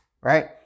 right